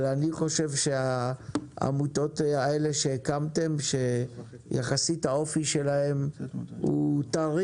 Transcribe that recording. אבל אני חושב שהעמותות האלה שהקמתם שיחסית האופי שלהן טרי,